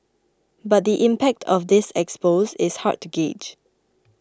but the impact of this expose is hard to gauge